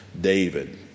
David